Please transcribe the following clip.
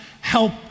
help